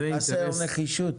חסרה נחישות.